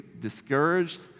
discouraged